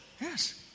Yes